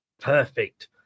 Perfect